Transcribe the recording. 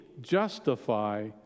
justify